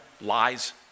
lies